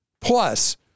plus